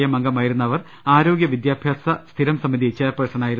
M അംഗമായിരുന്ന അവർ ആരോഗ്യ വിദ്യാഭ്യാസ സ്ഥിരംസമിതി ചെയർ പേഴ്സണായിരുന്നു